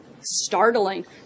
startling